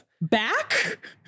back